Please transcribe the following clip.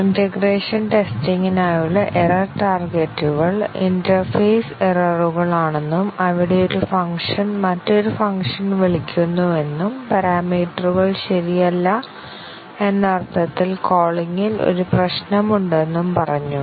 integration ടെസ്റ്റിംഗിനായുള്ള error ടാർഗെറ്റുകൾ interface എററുകളാണെന്നും അവിടെ ഒരു ഫംഗ്ഷൻ മറ്റൊരു ഫംഗ്ഷൻ വിളിക്കുന്നുവെന്നും പരാമീറ്ററുകൾ ശരിയല്ല എന്ന അർത്ഥത്തിൽ കോളിംഗിൽ ഒരു പ്രശ്നമുണ്ടെന്നും പറഞ്ഞു